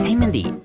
mindy.